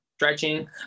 stretching